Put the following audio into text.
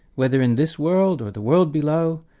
whether in this world or the world below,